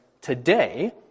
today